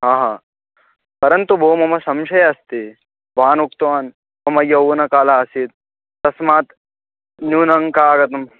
आ ह परन्तु भोः मम संशःय अस्ति भवान् उक्तवान् मम यौवनकालः आसीत् तस्मात् न्यूनाः अङ्काः आगताः